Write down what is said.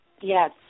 yes